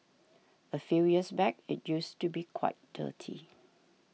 a few years back it used to be quite dirty